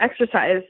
exercise